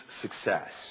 success